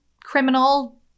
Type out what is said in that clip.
criminal